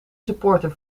supporter